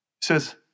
says